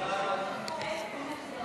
הצעת סיעת ישראל ביתנו להביע אי-אמון